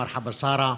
מרחבא שרה,